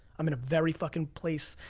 i'm in a very fucking place,